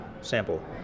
sample